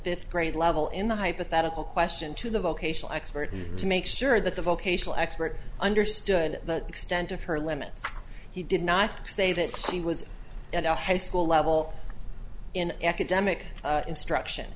fifth grade level in the hypothetical question to the vocational expert and to make sure that the vocational expert understood the extent of her limits he did not say that she was at a high school level in academic instruction